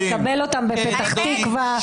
נקבל אותם בפתח תקוה.